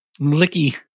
Licky